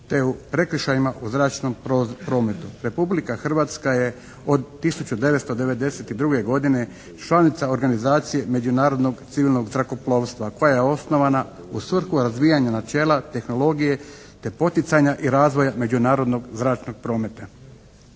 te prekršajima u zračnom prometu. Republika Hrvatska je od 1992. godine članica organizacije Međunarodnog civilnog zrakoplovstva koja je osnovana u svrhu razvijanja načela tehnologije te poticanja i razvoja međunarodnog zračnog prometa.